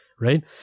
right